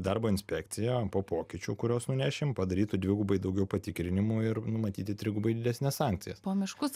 darbo inspekcija po pokyčių kurios nunešim padarytų dvigubai daugiau patikrinimų ir numatyti trigubai didesnes sankcijas